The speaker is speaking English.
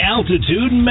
Altitude